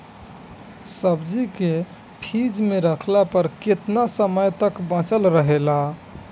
सब्जी के फिज में रखला पर केतना समय तक बचल रहेला?